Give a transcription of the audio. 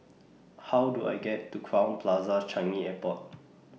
How Do I get to Crowne Plaza Changi Airport